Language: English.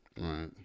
Right